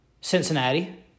Cincinnati